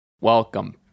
Welcome